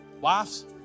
Wives